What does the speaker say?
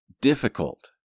difficult